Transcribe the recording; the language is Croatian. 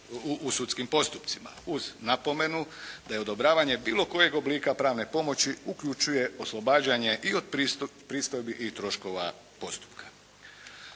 u sudskim postupcima. Uz napomenu da je odobravanje bilo kojeg oblika pravne pomoći uključuje oslobađanje i od pristojbi i troškova postupka.